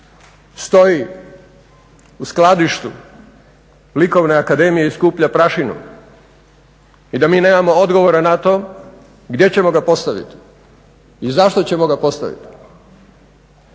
stoji u skladištu Likovne akademije i skuplja prašinu i da mi nemamo odgovora na to gdje ćemo ga postaviti i zašto ćemo ga postaviti.